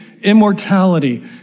Immortality